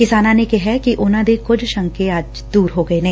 ਕਿਸਾਨਾਂ ਨੇ ਕਿਹਾ ਕਿ ਉਨਾਂ ਦੇ ਕੁਝ ਸ਼ੰਕੇ ਅੱਜ ਦੁਰ ਹੋ ਗਏ ਨੇ